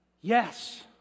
Yes